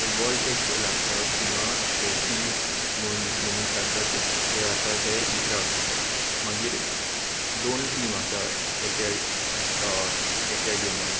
फुटबॉलचे खेल आसता थिंगां खेळपी म्हूण मनीस आसता थिंग ते आसा ते इकरा मागीर दोन टीम आसा एक्या एक्या गेमान